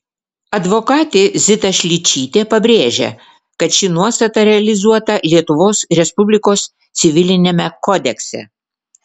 advokatė zita šličytė pabrėžia kad ši nuostata realizuota lietuvos respublikos civiliniame kodekse